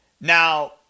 Now